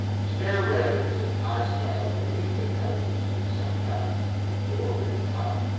stair railings in high-style new england houses can sometimes go over the top,